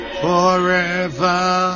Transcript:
forever